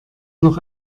noch